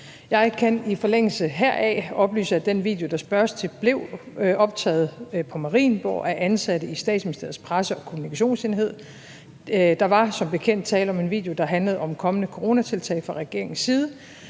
Jeg kan i forlængelse heraf oplyse, at den video, der spørges til, blev optaget på Marienborg af ansatte i Statsministeriets presse- og kommunikationsenhed. Der var som bekendt tale om en video, der handlede om kommende coronatiltag fra regeringens side.